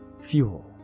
Fuel